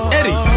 Eddie